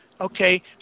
Okay